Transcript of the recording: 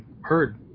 heard